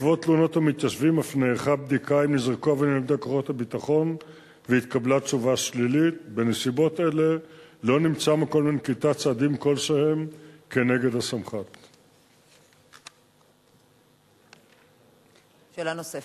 1 2. בעקבות תלונות המתיישבים אף